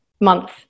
month